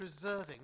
preserving